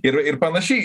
ir ir panašiai